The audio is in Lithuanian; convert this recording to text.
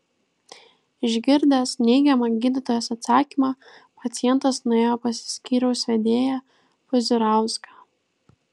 išgirdęs neigiamą gydytojos atsakymą pacientas nuėjo pas skyriaus vedėją puzirauską